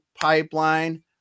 pipeline